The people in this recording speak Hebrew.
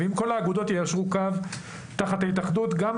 אם כל האגודות יישרו קו תחת ההתאחדות אז גם